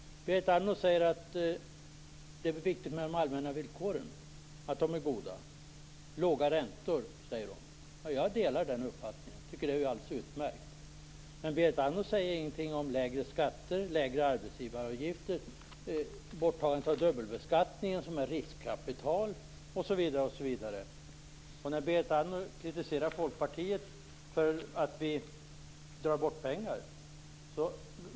Berit Andnor säger att det är viktigt att de allmänna villkoren är goda. Hon talar om låga räntor. Jag delar den uppfattningen och tycker att det är alldeles utmärkt. Men Berit Andnor säger ingenting om lägre skatter, lägre arbetsgivaravgifter, borttagande av dubbelbeskattning, riskkapital osv. Berit Andnor kritiserar Folkpartiet för att vi vill dra bort pengar.